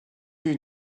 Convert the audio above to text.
you